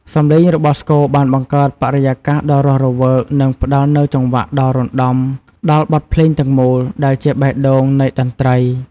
សំឡេងរបស់ស្គរបានបង្កើតបរិយាកាសដ៏រស់រវើក និងផ្តល់នូវចង្វាក់ដ៏រណ្តំដល់បទភ្លេងទាំងមូល ដែលជាបេះដូងនៃតន្ត្រី។